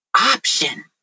option